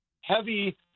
heavy—